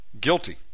guilty